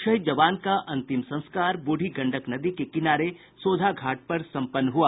शहीद जवान का अंतिम संस्कार ब्रढी गंडक नदी के किनारे सोझा घाट पर संपन्न हुआ